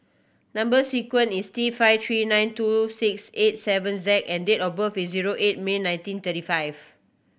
number sequence is T five three nine two six eight seven Z and date of birth is zero eight May nineteen thirty five